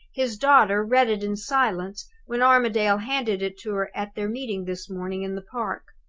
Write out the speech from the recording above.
his daughter read it in silence, when armadale handed it to her at their meeting this morning, in the park.